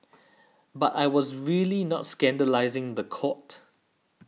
but I was really not scandalising the court